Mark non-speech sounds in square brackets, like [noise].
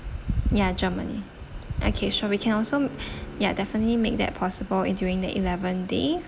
ya germany okay sure we can also [breath] ya definitely make that possible in during the eleven days